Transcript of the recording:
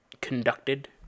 conducted